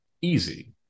easy